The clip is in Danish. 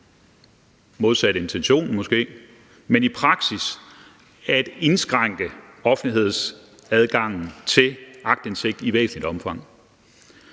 modsat intentionen måske, at indskrænke offentlighedsadgangen til aktindsigt i væsentligt omfang.